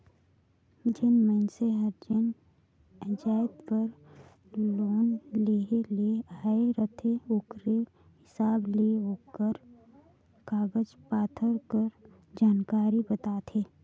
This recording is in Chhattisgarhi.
जेन मइनसे हर जेन जाएत बर लोन लेहे ले आए रहथे ओकरे हिसाब ले ओकर कागज पाथर कर जानकारी बताथे